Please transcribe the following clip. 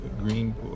green